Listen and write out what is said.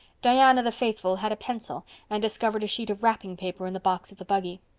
diana the faithful had a pencil and discovered a sheet of wrapping paper in the box of the buggy.